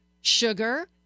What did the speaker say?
Sugar